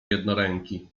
jednoręki